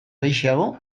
gehixeago